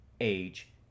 age